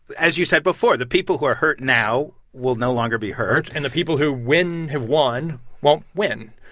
as you said before, the people who are hurt now will no longer be hurt and the people who win have won won't win.